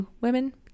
women